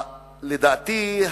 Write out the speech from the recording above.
לדעתי,